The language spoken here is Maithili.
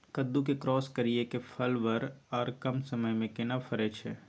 कद्दू के क्रॉस करिये के फल बर आर कम समय में केना फरय छै?